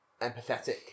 empathetic